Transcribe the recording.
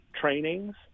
trainings